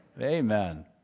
Amen